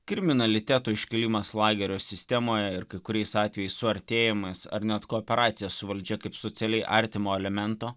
kriminaliteto iškilimas lagerio sistemoje ir kai kuriais atvejais suartėjimas ar net kooperacija su valdžia kaip socialiai artimo elemento